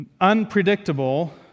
unpredictable